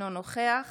אינו נוכח